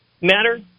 matter